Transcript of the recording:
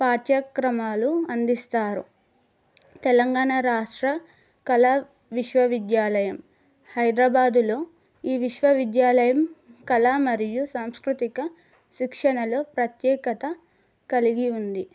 పాఠ్యక్రమాలు అందిస్తారు తెలంగాణ రాష్ట్ర కళ విశ్వవిద్యాలయం హైదరాబాదులో ఈ విశ్వవిద్యాలయం కళ మరియు సాంస్కృతిక శిక్షణలో ప్రత్యేకత కలిగి ఉంది